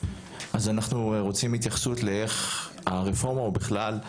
אז אנחנו רוצים התייחסות לאיך הרפורמה או בכלל,